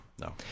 no